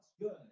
Good